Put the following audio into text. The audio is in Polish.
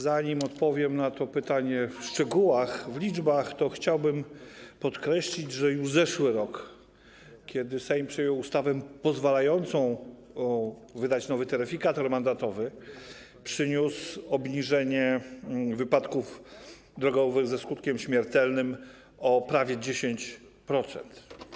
Zanim odpowiem na to pytanie w szczegółach, w liczbach, chciałbym podkreślić, że już zeszły rok, kiedy Sejm przyjął ustawę pozwalającą wydać nowy taryfikator mandatowy, przyniósł obniżenie liczby wypadków drogowych ze skutkiem śmiertelnym o prawie 10%.